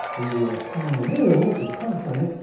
he spanned a wheel with conchs on it.